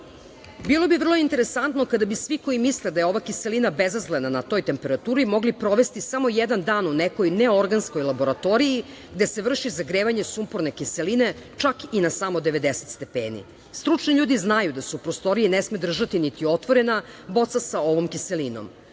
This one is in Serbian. Bilo bi vrlo interesantno kada bi svi koji misle da je ova kiselina bezazlena na toj temperaturi mogli provesti samo jedan dan u nekoj neorganskoj laboratoriji, gde se vrši zagrevanje sumporne kiseline, čak i na samo 90 stepeni. Stručni ljudi znaju da se prostorija ne sme držati niti otvorena boca sa ovom kiselinom.